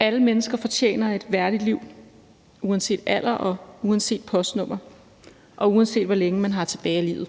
Alle mennesker fortjener et værdigt liv uanset alder og postnummer, og uanset hvor længe de har tilbage af livet.